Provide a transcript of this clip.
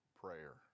prayer